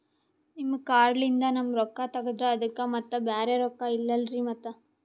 ನಿಮ್ ಕಾರ್ಡ್ ಲಿಂದ ನಮ್ ರೊಕ್ಕ ತಗದ್ರ ಅದಕ್ಕ ಮತ್ತ ಬ್ಯಾರೆ ರೊಕ್ಕ ಇಲ್ಲಲ್ರಿ ಮತ್ತ?